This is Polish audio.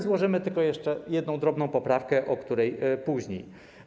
Złożymy tylko jeszcze jedną poprawkę, o której później.